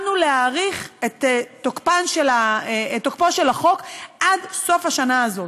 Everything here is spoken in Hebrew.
להאריך את תוקפו של החוק עד סוף השנה הזאת.